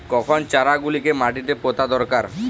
কখন চারা গুলিকে মাটিতে পোঁতা দরকার?